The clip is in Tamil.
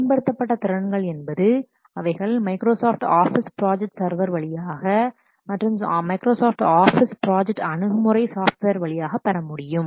மேம்படுத்தப்பட்ட திறன்கள் என்பது அவைகள் மைக்ரோசாஃப்ட் ஆஃபீஸ் ப்ராஜெக்ட் சர்வர் வழியாக மற்றும் மைக்ரோசாஃப்ட் ஆஃபீஸ் ப்ராஜெக்ட் வலை அணுகுமுறை சாஃப்ட்வேர் வழியாக பெறமுடியும்